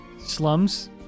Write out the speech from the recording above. slums